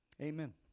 Amen